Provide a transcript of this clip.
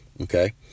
okay